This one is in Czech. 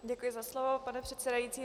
Děkuji za slovo, pane předsedající.